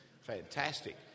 fantastic